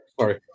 sorry